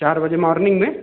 चार बजे मॉर्निंग में